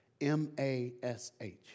M-A-S-H